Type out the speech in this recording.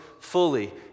fully